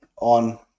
on